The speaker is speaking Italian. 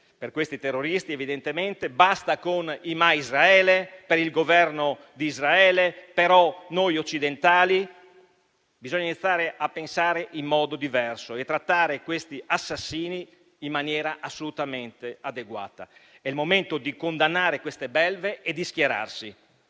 per questi terroristi, basta con i "ma Israele", "per il governo di Israele", "però noi occidentali". Bisogna iniziare a pensare in modo diverso e a trattare questi assassini in maniera assolutamente adeguata. È il momento di condannare queste belve e di schierarsi.